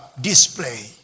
display